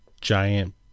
giant